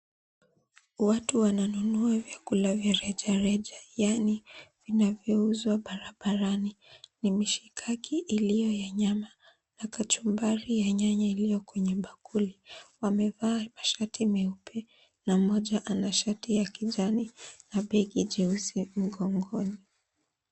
Wati wananunu vyakula vya rejareja yaani vinavyouzwa barabarani, ni mishikaki iliyo ya nyama na kachumbari ya nyanya iliyo kwenye bakuli. Wamevaa mashati meupe na mmoja ana shati ya kijani na begi jeusi mgongoni.